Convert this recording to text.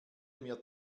mir